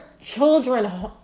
children